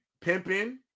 pimping